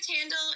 handle